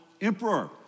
emperor